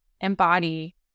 embody